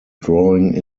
drawing